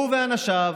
הוא ואנשיו